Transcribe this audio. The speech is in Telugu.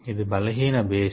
ఇది బలహీన బేస్